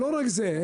לא רק זה,